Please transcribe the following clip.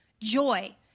joy